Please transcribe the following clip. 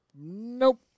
nope